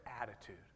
attitude